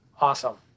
awesome